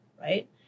right